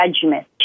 judgment